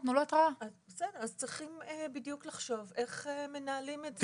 אז צריכים בדיוק לחשוב איך מנהלים את זה.